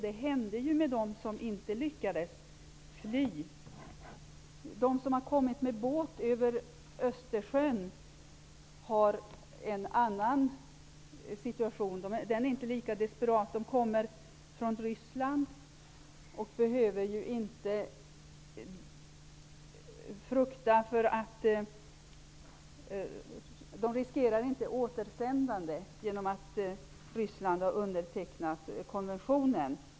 Det hände dem som inte lyckades fly. De människor som har kommit med båt över Östersjön befinner sig i en annan situation. Den är inte lika desperat. Dessa människor kommer från Ryssland. De riskerar inte ett återsändande, eftersom Ryssland har undertecknat konventionen.